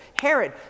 Herod